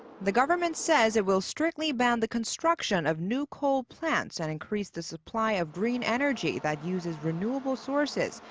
the government says it will strictly ban the construction of new coal plants and increase the supply of green energy that uses renewable sources,